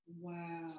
Wow